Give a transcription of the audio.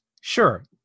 Sure